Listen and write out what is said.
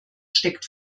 steckt